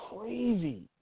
crazy